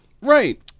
Right